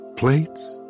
Plates